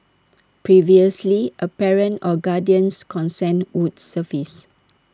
previously A parent or guardian's consent would suffice